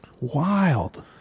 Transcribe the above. Wild